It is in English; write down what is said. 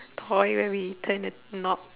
toy where we turn the knob